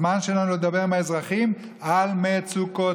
הזמן שלנו לדבר עם האזרחים על מצוקותיהם.